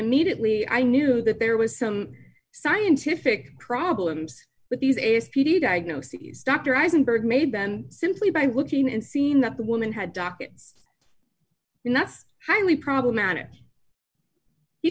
immediately i knew that there was some scientific problems with these s p d diagnoses dr eisenberg made them simply by looking and seeing that the woman had dockets and that's highly problematic he